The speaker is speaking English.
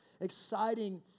exciting